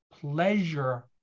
pleasure